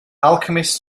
alchemist